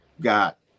got